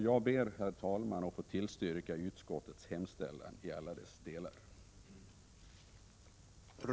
Jag ber, herr talman, att få tillstyrka utskottets hemställan i alla dess delar.